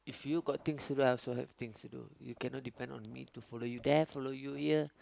if you got things to do I also have things to do you cannot depend on me to follow you there follow you here